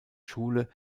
schule